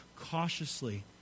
cautiously